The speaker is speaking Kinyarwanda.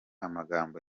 amagambo